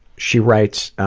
she writes, ah,